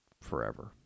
forever